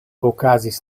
okazis